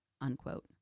unquote